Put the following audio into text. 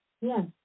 Yes